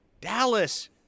Dallas